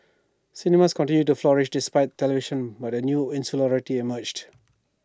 cinemas continued to flourish despite television but A new insularity emerged